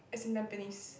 it's in Tampines